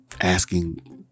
asking